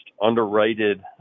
underrated